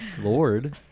Lord